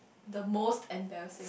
the most embarrassing